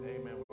Amen